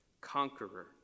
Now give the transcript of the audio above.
conqueror